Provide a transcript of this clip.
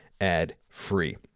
ad-free